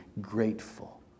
grateful